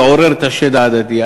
לעורר את השד העדתי,